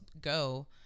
go